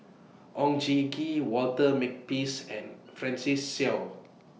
Oon Jin Gee Walter Makepeace and Francis Seow